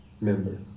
member